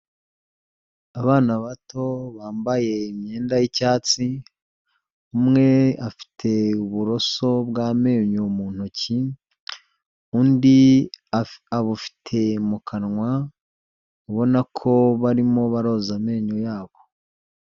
Abana bato bambaye imyenda y'icyatsi, umwe afite uburoso bw'amenyo mu ntoki, undi abufite mu kanwa, ubona ko barimo baroza amenyo yabo.